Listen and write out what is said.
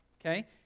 okay